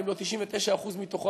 אם לא 99% ממנו,